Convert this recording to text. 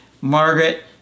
Margaret